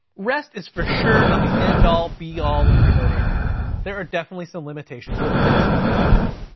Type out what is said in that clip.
rest is for sure not the end all be all of remote api's. there are definitely some limitations, which we'll discuss here in a bit.